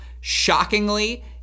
Shockingly